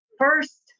first